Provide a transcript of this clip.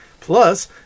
Plus